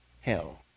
hell